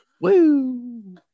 woo